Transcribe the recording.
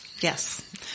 Yes